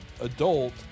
adult